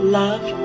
love